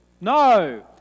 No